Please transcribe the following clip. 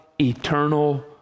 eternal